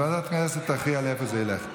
אז ועדת הכנסת תכריע לאין זה ילך.